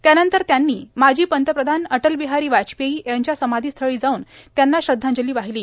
त्यानंतर त्यांनी माजी पंतप्रधान अटल बिहारी वाजपेयी यांच्या समाधीस्थळी जाऊन त्यांना श्रध्दांजली वाहिली